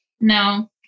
No